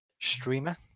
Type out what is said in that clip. streamer